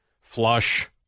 flush